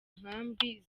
nkambi